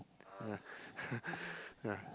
ya ya